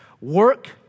work